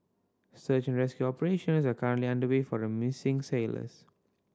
search and rescue operations are currently underway for the missing sailors